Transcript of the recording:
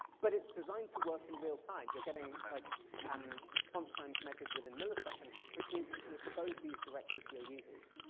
but it's designed to work in real time, you're getting like um response times measured within milliseconds, which means that you can expose these directly to your users.